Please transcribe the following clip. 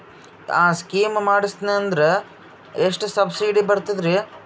ಆ ಸ್ಕೀಮ ಮಾಡ್ಸೀದ್ನಂದರ ಎಷ್ಟ ಸಬ್ಸಿಡಿ ಬರ್ತಾದ್ರೀ?